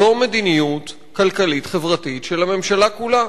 זו מדיניות כלכלית-חברתית של הממשלה כולה.